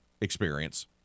experience